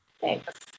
Thanks